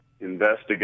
investigate